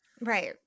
Right